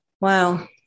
Wow